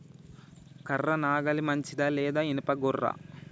కర్ర నాగలి మంచిదా లేదా? ఇనుప గొర్ర?